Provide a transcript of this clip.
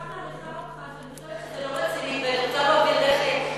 אני כל כך מעריכה אותך,